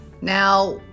Now